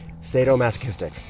sadomasochistic